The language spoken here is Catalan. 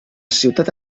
ciutat